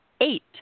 Eight